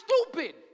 stupid